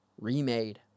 remade